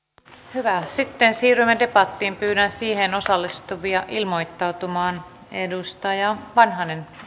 hyvä sitten siirrymme debattiin pyydän siihen osallistuvia ilmoittautumaan edustaja vanhanen